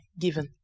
given